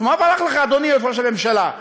מה ברח לך, אדוני ראש הממשלה?